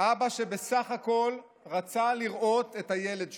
אבא שבסך הכול רצה לראות את הילד שלו.